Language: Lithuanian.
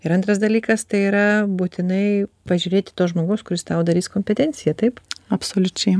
ir antras dalykas tai yra būtinai pažiūrėti to žmogaus kuris tau darys kompetenciją taip absoliučiai